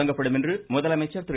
தொடங்கப்படும் என்று முதலமைச்சர் திரு